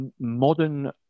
modern